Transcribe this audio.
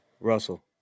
Russell